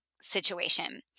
situation